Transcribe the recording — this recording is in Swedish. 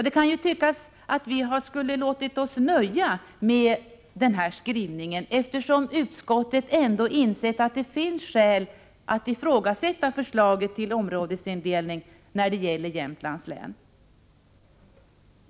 Det kan tyckas att vi skulle ha låtit oss nöja med denna skrivning, eftersom utskottet ändå insett att det finns skäl att ifrågasätta förslaget till områdesindelning när det gäller Jämtlands län.